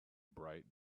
bright